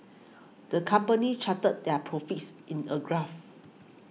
the company charted their profits in a graph